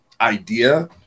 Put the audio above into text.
idea